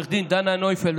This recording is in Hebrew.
לעו"ד דנה נויפלד,